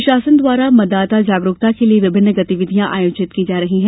प्रशासन द्वारा मतदाता जागरूकता के लिये विभिन्न गतिविधियां आयोजित की जा रही हैं